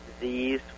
disease